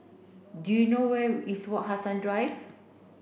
do you know where is Wak Hassan Drive